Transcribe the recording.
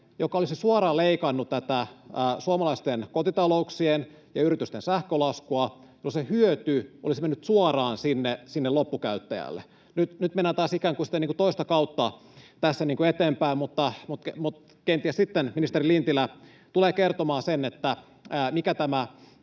joka olisi suoraan leikannut tätä suomalaisten kotitalouksien ja yritysten sähkölaskua, jolloin se hyöty olisi mennyt suoraan sinne loppukäyttäjälle. Nyt mennään ikään kuin sitten toista kautta tässä eteenpäin, mutta kenties sitten ministeri Lintilä tulee kertomaan sen, mikä tämä